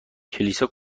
کلیسا